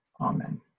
Amen